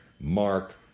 Mark